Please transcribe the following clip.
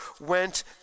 went